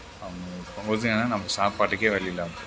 அவங்க நம்ம சாப்பாட்டுக்கே வழியில்லாம போய்விடும்